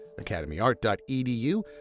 academyart.edu